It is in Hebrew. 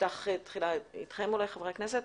נפתח תחילה איתכם, חברי הכנסת.